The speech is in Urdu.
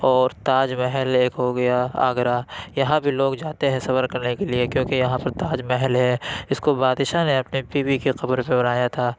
اور تاج محل ایک ہو گیا آگرہ یہاں بھی لوگ جاتے ہیں سفر کرنے کے لیے کیوں کہ یہاں پر تاج محل ہے اِس کو بادشاہ نے اپنے بیوی کے قبر پہ بنایا تھا